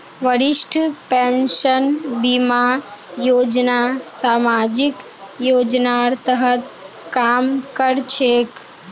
वरिष्ठ पेंशन बीमा योजना सामाजिक योजनार तहत काम कर छेक